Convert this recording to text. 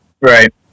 Right